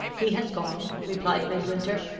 he has gone, replied midwinter,